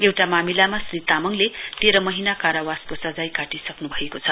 एउटा मामिलामा श्री तामाङले तेह्र महीना कारावासको सजाय काटिसक्न भएको छ